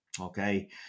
Okay